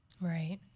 Right